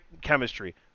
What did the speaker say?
chemistry